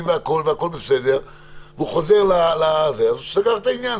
והכול בסדר והוא חוזר הוא 'סגר' את העניין,